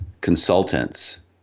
consultants